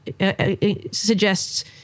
suggests